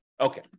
Okay